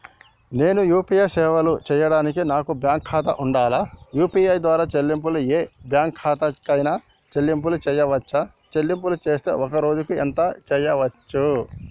నేను యూ.పీ.ఐ సేవలను చేయడానికి నాకు బ్యాంక్ ఖాతా ఉండాలా? యూ.పీ.ఐ ద్వారా చెల్లింపులు ఏ బ్యాంక్ ఖాతా కైనా చెల్లింపులు చేయవచ్చా? చెల్లింపులు చేస్తే ఒక్క రోజుకు ఎంత చేయవచ్చు?